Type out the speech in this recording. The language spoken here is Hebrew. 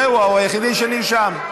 זהו, הוא היחידי שנרשם.